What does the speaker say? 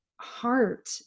heart